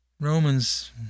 Romans